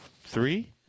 three